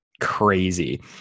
crazy